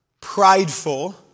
prideful